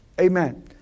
Amen